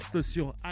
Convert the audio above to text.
sur